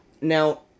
Now